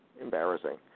Embarrassing